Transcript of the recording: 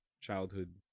childhood